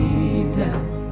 Jesus